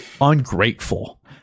ungrateful